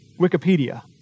Wikipedia